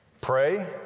Pray